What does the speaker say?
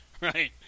right